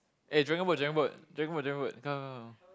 eh dragon boat dragon boat dragon boat dragon boat come come come